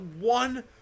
one